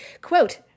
Quote